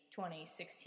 2016